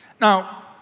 Now